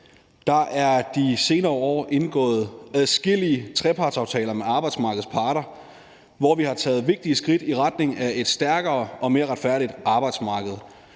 Der er de senere år indgået adskillige trepartsaftaler med arbejdsmarkedets parter, hvor vi har taget vigtige skridt i retning af et stærkere og mere retfærdigt arbejdsmarked,